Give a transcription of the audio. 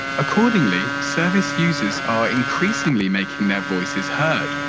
accordingly, service users are increasingly making their voices heard,